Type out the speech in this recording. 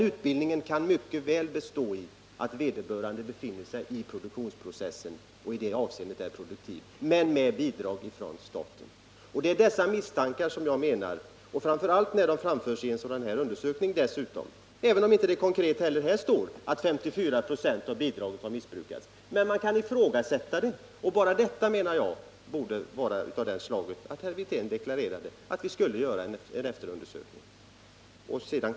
Utbildningen kan ju mycket väl bestå i att vederbörande befinner 19 att öka sysselsättningen sig i produktionsprocessen och i det avseendet är produktiv, men med bidrag från staten. Sådana misstankar har framförts i den här undersökningen, även om det inte heller där konkret står att 54 26 har missbrukats. Men bara att saken kan ifrågasättas borde, menar jag, vara anledning för herr Wirtén att deklarera att vi skall göra en efterundersökning.